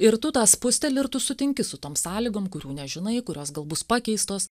ir tu tą spusteli ir tu sutinki su tom sąlygom kurių nežinai kurios gal bus pakeistos